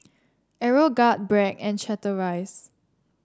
Aeroguard Bragg and Chateraise